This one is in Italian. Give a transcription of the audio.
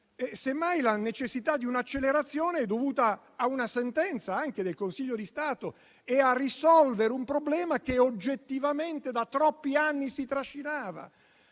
Semmai, la necessità di un'accelerazione è dovuta anche a una sentenza del Consiglio di Stato, per risolvere un problema che oggettivamente si trascinava